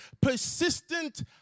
persistent